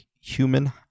Human